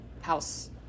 House